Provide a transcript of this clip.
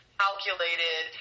calculated